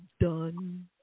done